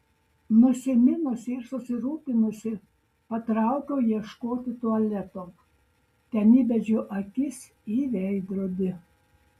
nusiminusi ir susirūpinusi patraukiau ieškoti tualeto ten įbedžiau akis į veidrodį